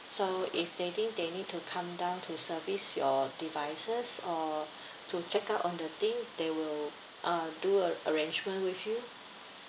so if they think they need to come down to service your devices or to check out on the thing they will uh do arr~ arrangement with you